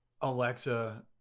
Alexa